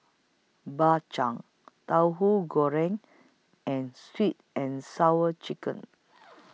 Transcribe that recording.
Bak Chang Tauhu Goreng and Sweet and Sour Chicken